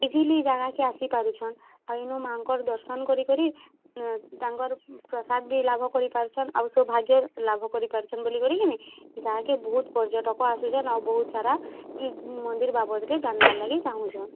easily ଇ ଜାଗାକେ ଆସି ପାରୁଛନ୍ ଆଉ ଇନୁ ମାଙ୍କର୍ ଦର୍ଶନ୍ କରିକିରି ତାଙ୍କର୍ ପ୍ରସାଦ୍ ବି ଲାଭ କରିପାରୁଛନ୍ ଆଉ ସୌଭାଗ୍ୟ ଲାଭ କରିପାରୁଛନ୍ ବୋଲିକରି କି ନାଇଁ ଏ ଜାଗାକେ ବହୁତ୍ ପର୍ଯ୍ୟଟକ ଆସୁଛନ୍ ବହୁତ୍ ସାରା ଇ ମନ୍ଦିର୍ ବାବଦ୍ରେ ଜାନ୍ବାର୍ ଲାଗି ଚାହୁଁଛନ୍